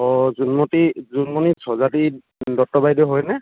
অঁ জোনমতি জোনমণি স্বজাতি দত্ত বাইদেউ হয়নে